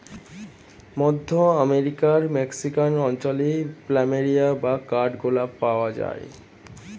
মধ্য আমেরিকার মেক্সিকান অঞ্চলে প্ল্যামেরিয়া বা কাঠ গোলাপ পাওয়া যায়